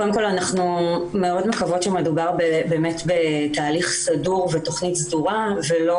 קודם כל אנחנו מאוד מקוות שמדובר באמת בתהליך סדור ותכנית סדורה ולא